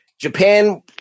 Japan